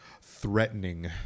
threatening